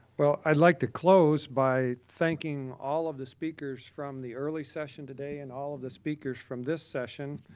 well, i'd like to close by thanking all of the speakers from the early session today and all of the speakers from this session,